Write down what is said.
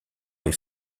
est